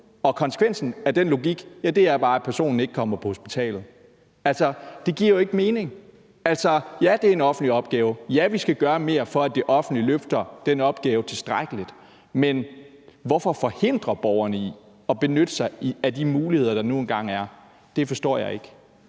Konsekvensen af den logik er bare, at personen ikke kommer på hospitalet. Altså, det giver jo ikke mening. Ja, det er en offentlig opgave, og ja, vi skal gøre mere, for at det offentlige løfter den opgave tilstrækkeligt. Men hvorfor forhindre borgerne i at benytte sig af de muligheder, der nu engang er? Det forstår jeg ikke.